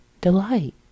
delight